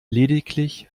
lediglich